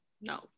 No